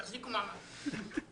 תחזיקו מעמד.